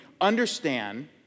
understand